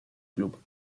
club